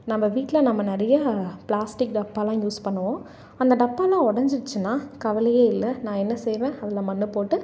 நம்ம வீட்டில் நம்ம நிறையா பிளாஸ்டிக் டப்பாயெலாம் யூஸ் பண்ணுவோம் அந்த டப்பாவெலாம் உடஞ்சிடிச்சின்னா கவலையே இல்லை நான் என்ன செய்வேன் அதில் மண்ணை போட்டு